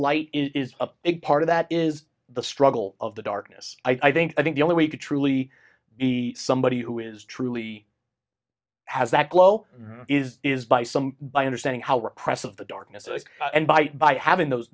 light is a big part of that is the struggle of the darkness i think i think the only way to truly be somebody who is truly has that glow is is by some by understanding how requests of the darkness and bite by having those